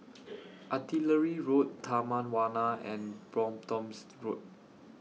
Artillery Road Taman Warna and Bromptons Road